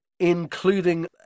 Including